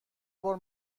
بار